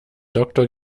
doktor